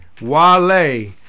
Wale